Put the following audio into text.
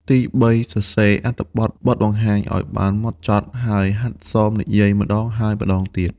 ទីបី សរសេរអត្ថបទបទបង្ហាញឱ្យបានហ្មត់ចត់ ហើយហាត់សមនិយាយម្តងហើយម្តងទៀត។